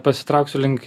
pasitrauksiu link